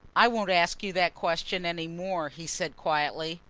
i won't ask you that question any more, he said quietly,